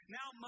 Now